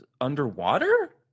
underwater